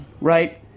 right